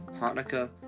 Hanukkah